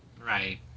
right